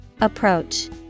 Approach